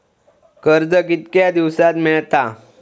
कर्ज कितक्या दिवसात मेळता?